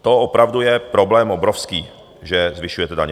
To je opravdu problém obrovský, že zvyšujete daně.